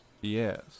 Yes